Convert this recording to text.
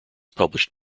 published